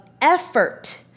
effort